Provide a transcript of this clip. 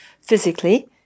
physically